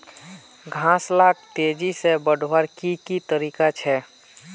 घास लाक तेजी से बढ़वार की की तरीका छे?